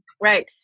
right